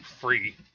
free